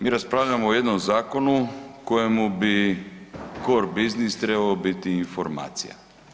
Mi raspravljamo o jednom zakonu kojemu bi core business trebao biti informacija.